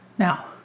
Now